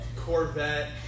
Corvette